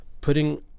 putting